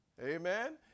Amen